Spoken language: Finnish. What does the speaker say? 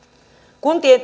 kuntien